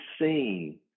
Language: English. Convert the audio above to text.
seen